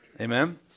Amen